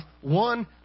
one